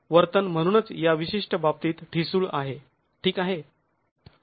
वर्तन म्हणूनच या विशिष्ट बाबतीत ठिसूळ आहे ठीक आहे